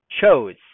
chose